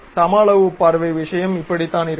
சமஅளவுப் பார்வை விஷயம் இப்படித்தான் இருக்கும்